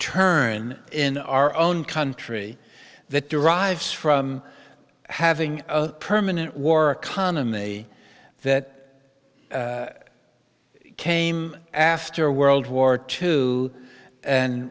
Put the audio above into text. turn in our own country that derives from having a permanent war economy that it came after world war two and